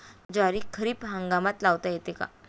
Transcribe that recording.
ज्वारी खरीप हंगामात लावता येते का?